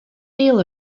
neal